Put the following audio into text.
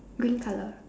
green colour